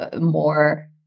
more